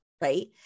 right